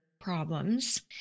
problems